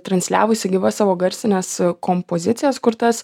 transliavusi gyvas savo garsines kompozicijas kurtas